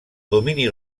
domini